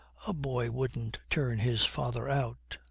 a boy wouldn't turn his father out.